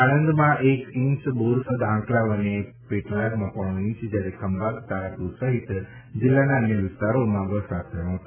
આણંદમાં એક ઇંચ બોરસદ આંકલાવ અને પેટલાદમાં પોણો ઇંચ જ્યારે ખંભાત તારાપુર સહિત જિલ્લાના અન્ય વિસ્તારોમાં વરસાદ થયો હતો